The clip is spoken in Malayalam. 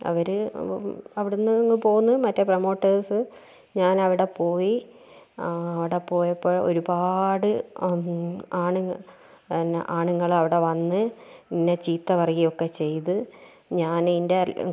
അവർ അവിടെ നിന്ന് പോന്ന് മറ്റേ പ്രൊമോട്ടേഴ്സ് ഞാനവിടെ പോയി അവിടെ പോയപ്പോൾ ഒരുപാട് ആണുങ്ങൾ പിന്നെ ആണുങ്ങളവിടെ വന്ന് എന്നെ ചീത്ത പറയുകയൊക്കെ ചെയ്ത് ഞാനതിൻ്റെ